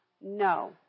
no